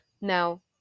Now